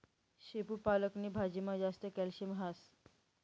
शेपू पालक नी भाजीमा जास्त कॅल्शियम हास